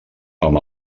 amb